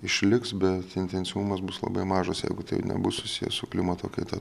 išliks bet intensyvumas bus labai mažas jeigu tai nebus susiję su klimato kaita